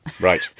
Right